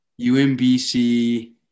UMBC